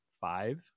five